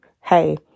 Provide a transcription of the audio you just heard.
hey